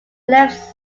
left